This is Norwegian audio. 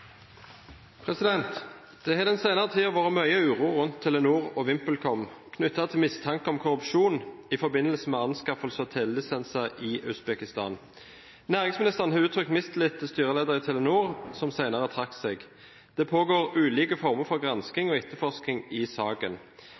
mistanke om korrupsjon i forbindelse med anskaffelse av telelisenser i Usbekistan. Næringsministeren har uttrykt mistillit til styreleder i Telenor, som senere trakk seg. Det pågår ulike former for gransking og etterforskning i saken.